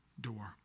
door